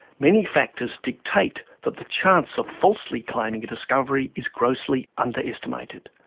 many factors dictate that the chance of falsely claiming a discovery is grossly underestimated.